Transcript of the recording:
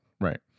right